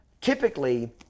typically